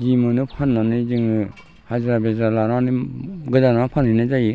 जि मोनो फाननानै जोङो हाजिरा बेजिरा लानानै गोदाना फानहैनाय जायो